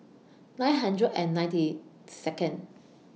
nine hundred and ninety Second